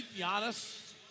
Giannis